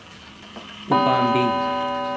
ꯎꯄꯥꯝꯕꯤ